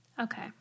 okay